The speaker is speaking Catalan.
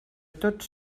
tots